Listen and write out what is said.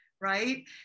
right